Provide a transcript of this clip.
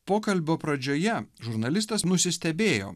pokalbio pradžioje žurnalistas nusistebėjo